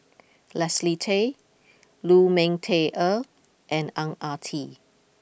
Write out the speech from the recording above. Leslie Tay Lu Ming Teh Earl and Ang Ah Tee